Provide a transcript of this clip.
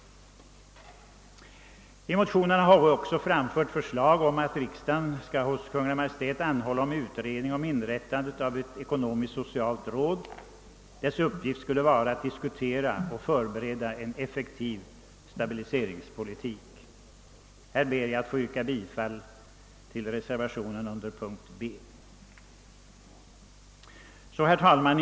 I motionerna har vi också framfört förslag om att riksdagen hos Kungl. Maj:t skall anhålla om inrättande av ett ekonomisk-socialt råd. Dess uppgift skulle vara att diskutera och förbereda en effektiv stabiliseringspolitik. Här ber jag att få yrka bifall till reservationen under mom. B.